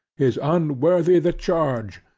is unworthy the charge,